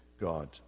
God